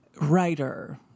writer